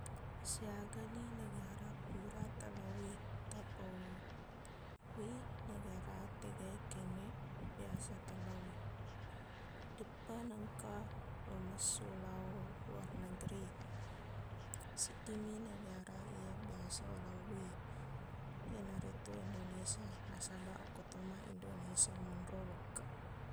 Siagani negara pura talaowi tapauwi negara tegae kengngeq biasa talaowi deppa nengka lomessuq lao luar negri siddimi negara iye biasa ulaowi iyanaritu indonesia nasabaq okkotomaq indonesia monro wekkeq